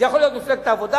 זה יכול להיות מפלגת העבודה,